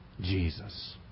Jesus